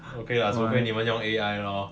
okay lah 除非你们用 A_I loh